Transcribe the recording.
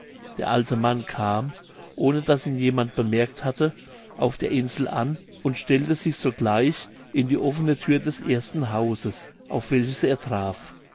der alte mann kam ohne daß ihn jemand bemerkt hatte auf der insel an und stellte sich sogleich in die offne thür des ersten hauses auf welches er